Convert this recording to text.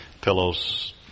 pillows